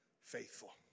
faithful